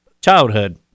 Childhood